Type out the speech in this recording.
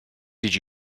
did